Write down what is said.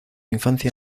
infancia